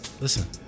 Listen